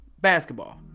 basketball